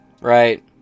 right